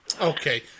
Okay